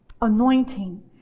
anointing